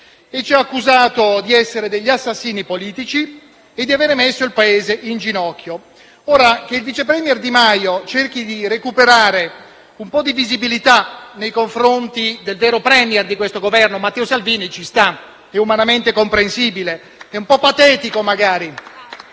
ci ha accusato di essere degli assassini politici e di aver messo il Paese in ginocchio. Che il vice *premier* Di Maio cerchi di recuperare un po' di visibilità nei confronti del vero *Premier* di questo Governo, Matteo Salvini, ci sta, è umanamente comprensibile. *(Applausi dal